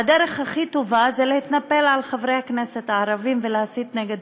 והדרך הכי טובה זה להתנפל על חברי הכנסת הערבים ולהסית נגד